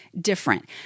different